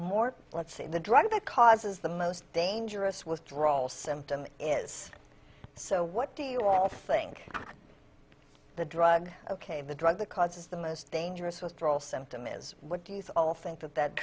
more let's say the drug that causes the most dangerous withdrawal symptoms is so what do you all think the drug ok the drug that causes the most dangerous withdrawal symptom is what do you think that that